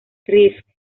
riffs